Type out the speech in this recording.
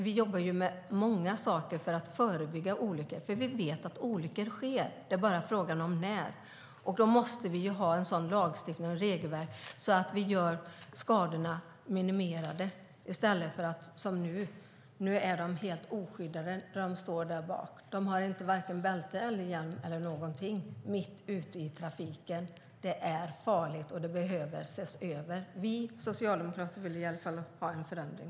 Vi jobbar med många saker för att förebygga olyckor, för vi vet att olyckor sker. Frågan är bara när, och därför måste vi ha en lagstiftning och ett regelverk som gör att skadorna kan minimeras. Nu är de som jobbar helt oskyddade när de står där bak. De befinner sig mitt ute i trafiken och har varken bälte, hjälm eller annat skydd. Det är farligt och behöver ses över. Vi socialdemokrater vill i alla fall få till en ändring.